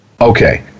okay